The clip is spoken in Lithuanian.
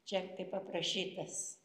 čia kaip aprašytas